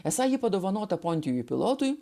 esą ji padovanota pontijui pilotui